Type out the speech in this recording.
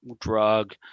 drug